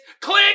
click